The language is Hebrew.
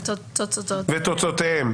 "ותוצאותיהן".